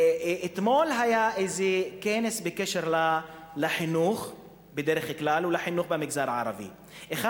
אתמול היה כנס בנושא החינוך בכלל ובמגזר הערבי בפרט.